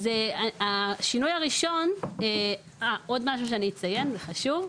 אז השינוי הראשון, עוד משהו שאני אציין, זה חשוב.